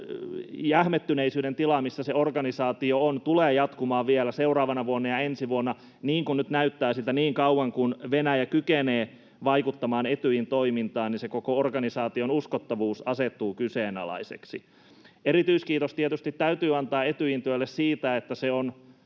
jähmettyneisyyden tila, missä se organisaatio on, tulee jatkumaan vielä seuraavana vuonna ja ensi vuonna, niin kuin nyt näyttää siltä, niin niin kauan kuin Venäjä kykenee vaikuttamaan Etyjin toimintaan, se koko organisaation uskottavuus asettuu kyseenalaiseksi. Erityiskiitos tietysti täytyy antaa Etyjin työlle siitä, että se on